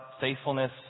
faithfulness